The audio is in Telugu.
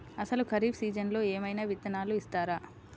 అసలు ఖరీఫ్ సీజన్లో ఏమయినా విత్తనాలు ఇస్తారా?